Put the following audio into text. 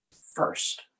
first